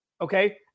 okay